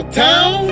town